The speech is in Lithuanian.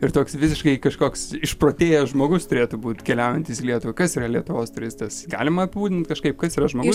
ir toks visiškai kažkoks išprotėjęs žmogus turėtų būt keliaujantis į lietuvą kas yra lietuvos turistas galima apibūdint kažkaip kas yra žmogus